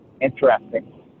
Interesting